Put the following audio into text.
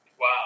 Wow